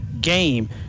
Game